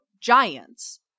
giants